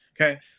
Okay